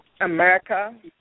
America